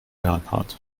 bernhard